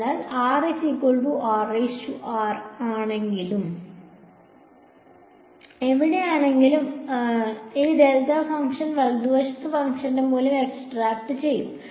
അതിനാൽ rr എവിടെയാണെങ്കിലും ഈ ഡെൽറ്റ ഫംഗ്ഷൻ വലതുവശത്തുള്ള ഫംഗ്ഷന്റെ മൂല്യം എക്സ്ട്രാക്റ്റുചെയ്യും